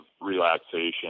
relaxation